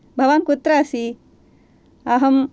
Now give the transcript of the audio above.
भवान् कुत्र अस्ति अहं